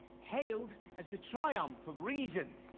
hailed as the triumph of reason.